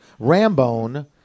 Rambone